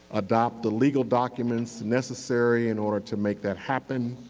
adopt the legal documents necessary in order to make that happen,